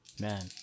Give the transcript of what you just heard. Man